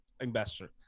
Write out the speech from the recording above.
investor